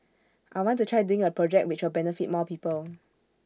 I want to try doing A project which will benefit more people